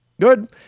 Good